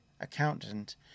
accountant